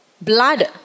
blood